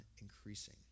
increasing